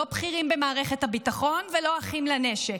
לא בכירים במערכת הביטחון ולא אחים לנשק.